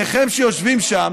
שניכם שיושבים שם: